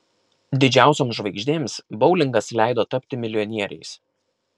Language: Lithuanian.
didžiausioms žvaigždėms boulingas leido tapti milijonieriais